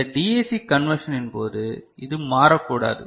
இந்த DAC conversion இன் போது இது மாறக்கூடாது